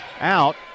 out